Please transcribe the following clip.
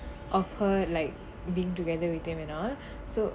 of her like being together with him at all so